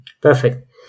Perfect